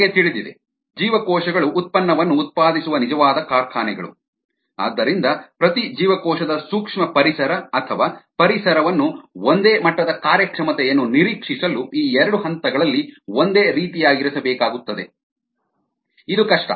ನಿಮಗೆ ತಿಳಿದಿದೆ ಜೀವಕೋಶಗಳು ಉತ್ಪನ್ನವನ್ನು ಉತ್ಪಾದಿಸುವ ನಿಜವಾದ ಕಾರ್ಖಾನೆಗಳು ಆದ್ದರಿಂದ ಪ್ರತಿ ಜೀವಕೋಶದ ಸೂಕ್ಷ್ಮಪರಿಸರ ಅಥವಾ ಪರಿಸರವನ್ನು ಒಂದೇ ಮಟ್ಟದ ಕಾರ್ಯಕ್ಷಮತೆಯನ್ನು ನಿರೀಕ್ಷಿಸಲು ಈ ಎರಡು ಹಂತಗಳಲ್ಲಿ ಒಂದೇ ರೀತಿಯಾಗಿರಿಸಬೇಕಾಗುತ್ತದೆ ಇದು ಕಷ್ಟ